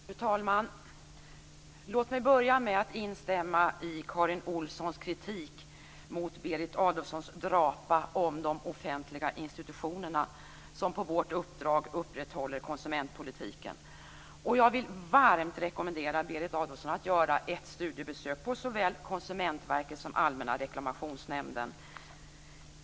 Fru talman! Låt mig börja med att instämma i Karin Olssons kritik mot Berit Adolfssons drapa om de offentliga institutionerna, som på vårt uppdrag upprätthåller konsumentpolitiken. Jag vill varmt rekommendera Berit Adolfsson att göra studiebesök på såväl Konsumentverket som Allmänna reklamationsnämnden.